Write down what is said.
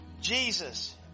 Jesus